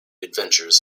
adventures